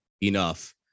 enough